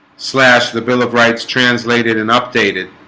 slash the bill of rights translated and updated